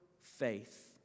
faith